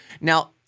now—